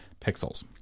pixels